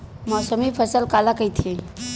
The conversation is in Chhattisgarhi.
मौसमी फसल काला कइथे?